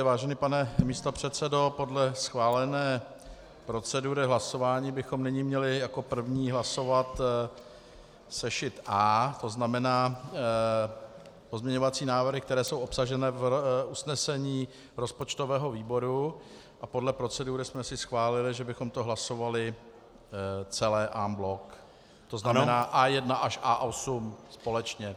Vážený pane místopředsedo, podle schválené procedury hlasování bychom nyní měli jako první hlasovat sešit A, tzn. pozměňovací návrhy, které jsou obsaženy v usnesení rozpočtového výboru, a podle procedury jsme si schválili, že bychom to hlasovali celé en bloc, tzn. A1 až A8 společně.